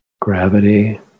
gravity